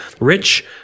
Rich